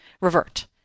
revert